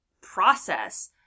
process